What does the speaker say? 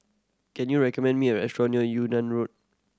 can you recommend me a restaurant near Yunnan Road